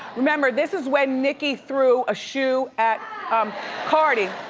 remember, this is when nicki threw a shoe at cardi.